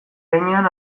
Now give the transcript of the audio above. behinean